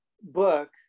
book